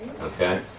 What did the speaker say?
Okay